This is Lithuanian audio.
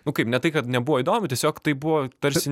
nu kaip ne tai kad nebuvo įdomu tiesiog tai buvo tarsi